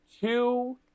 two